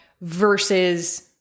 versus